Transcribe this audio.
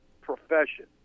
profession